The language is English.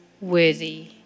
worthy